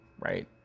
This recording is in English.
right